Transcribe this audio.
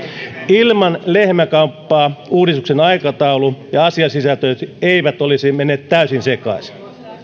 ilman lehmänkauppaa uudistuksen aikataulu ja asiasisällöt eivät olisi menneet täysin sekaisin